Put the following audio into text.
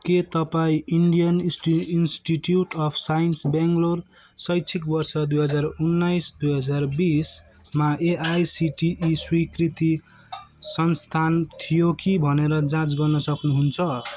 के तपाईँँ Indian Institute of Science Bangalore शैक्षिक वर्ष दुई हजार उन्नाइस दुई हजार बिसमा A I C T E स्वीकृत संस्थान थियो कि भनेर जाँच गर्न सक्नुहुन्छ